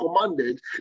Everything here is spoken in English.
commanded